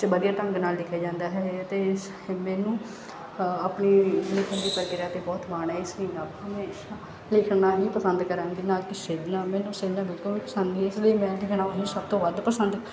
ਇਹ 'ਚ ਵਧੀਆ ਢੰਗ ਨਾਲ ਲਿਖਿਆ ਜਾਂਦਾ ਹੈ ਅਤੇ ਇਸ ਮੈਨੂੰ ਆਪਣੀ ਲਿਖਣ ਦੀ ਪ੍ਰਕਿਰਿਆ 'ਤੇ ਬਹੁਤ ਮਾਣ ਹੈ ਇਸ ਲਈ ਲਿਖਣਾ ਹੀ ਪਸੰਦ ਕਰਾਂਗੀ ਨਾ ਕਿ ਸੇਧਣਾ ਮੈਨੂੰ ਸੇਧਣਾ ਬਿਲਕੁਲ ਵੀ ਪਸੰਦ ਨਹੀਂ ਹੈ ਇਸ ਲਈ ਮੈਂ ਲਿਖਣਾ ਸਭ ਤੋਂ ਵੱਧ ਪਸੰਦ